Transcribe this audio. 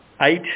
eight